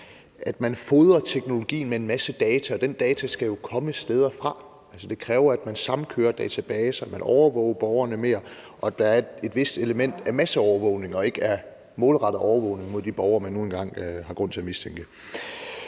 at man fodrer teknologien med en masse data, og den data skal jo komme fra nogle steder, altså det kræver, at man samkører databaser, og at man overvåger borgerne mere. Der er et vist element af masseovervågning og ikke af målrettet overvågning af de borgere, man nu engang har grund til at mistænke.